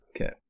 Okay